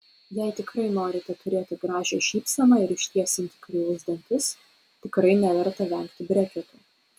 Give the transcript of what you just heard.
jei tikrai norite turėti gražią šypseną ir ištiesinti kreivus dantis tikrai neverta vengti breketų